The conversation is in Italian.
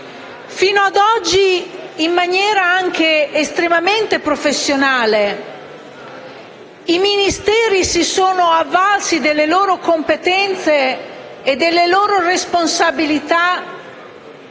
Fino ad oggi, in maniera anche estremamente professionale, i Ministeri si sono avvalsi delle loro competenze e delle loro responsabilità